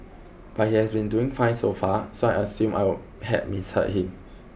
but he has been doing fine so far so I assumed I will had misheard him